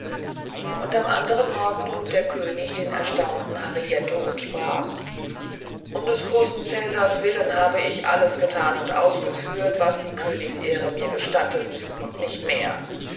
und am anderen morgen lud der könig den erstaunten harietto und sprach um des großen cäsars willen habe ich alles getan und ausgeführt was die königsehre mir gestattet und nicht mehr